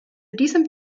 diesem